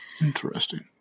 Interesting